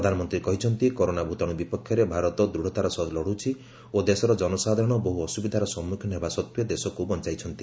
ପ୍ରଧାନମନ୍ତ୍ରୀ କହିଛନ୍ତି କରୋନା ଭୂତାଣୁ ବିପକ୍ଷରେ ଭାରତ ଦୃଢ଼ତାର ସହ ଲଢୁଛି ଓ ଦେଶର ଜନସାଧାରଣ ବହୁ ଅସୁବିଧାର ସମ୍ମୁଖୀନ ହେବା ସତ୍ତ୍ୱେ ଦେଶକୁ ବଞ୍ଚାଇଛନ୍ତି